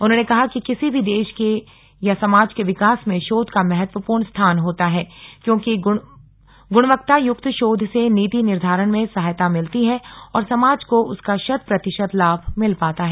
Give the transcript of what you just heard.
उन्होंने कहा कि किसी भी देश के या समाज के विकास में शोध का महत्वपूर्ण स्थान होता है क्योंकि गुणवत्तायुक्त शोध से नीति निर्धारण में सहायता मिलती है और समाज को उसका शत प्रतिशत लाभ मिल पाता है